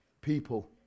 people